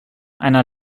einer